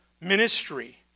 ministry